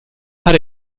hat